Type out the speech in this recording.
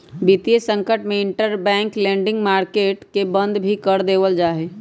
वितीय संकट में इंटरबैंक लेंडिंग मार्केट के बंद भी कर देयल जा हई